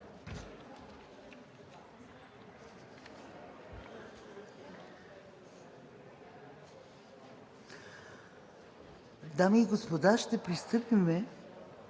Дами и господа, ще пристъпим